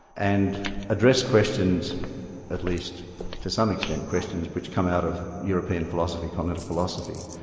and address questions at least to some extent, questions which come out of european philosophy, continental philosophy,